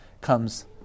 comes